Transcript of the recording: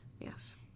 Yes